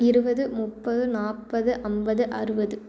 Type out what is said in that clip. இருபது முப்பது நாற்பது ஐம்பது அறுபது